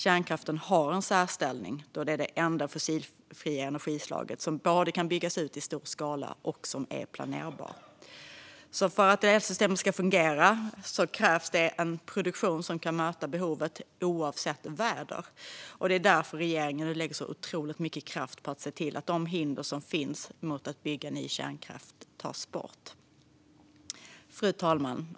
Kärnkraften har en särställning eftersom den är det enda fossilfria energislaget som både kan byggas ut i stor skala och är planerbart. För att elsystemet ska fungera krävs det en produktion som kan möta behovet oavsett väder. Det är därför som regeringen lägger så otroligt mycket kraft på att se till att de hinder som finns mot att bygga ny kärnkraft tas bort. Fru talman!